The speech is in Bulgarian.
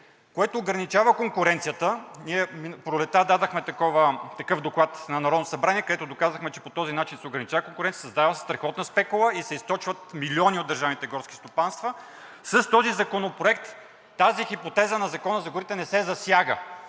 което ограничава конкуренцията, ние пролетта дадохме такъв доклад на Народното събрание, където доказахме, че по този начин се ограничава конкуренцията, създава се страхотна спекула и се източват милиони от държавните горски стопанства. С този законопроект тази хипотеза на Закона за горите не се засяга